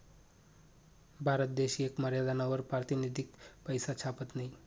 भारत देश येक मर्यादानावर पारतिनिधिक पैसा छापत नयी